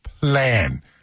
plan